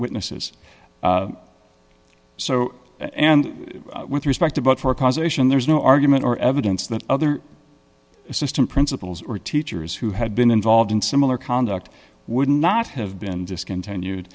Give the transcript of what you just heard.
witnesses so and with respect to but for causation there is no argument or evidence that other assistant principals or teachers who had been involved in similar conduct would not have been discontinued